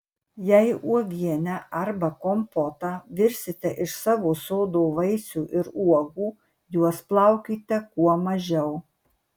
jei uogienę arba kompotą virsite iš savo sodo vaisių ir uogų juos plaukite kuo mažiau